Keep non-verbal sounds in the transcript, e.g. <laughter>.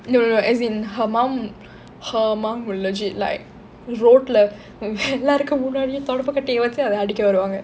no no as in her mum her mum will legit like road leh <laughs> எல்லாருக்கும் முன்னாடி தொடர்பு கட்டையை வச்சு அதே அடிக்க வருவாங்க:ellaarukkum munnadi thodappu kattaiye vachu athe adikka varuvaanga